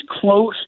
close